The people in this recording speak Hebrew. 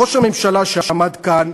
ראש הממשלה, שעמד כאן,